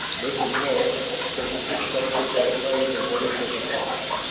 listen well so you can say to deklay the words of the fox!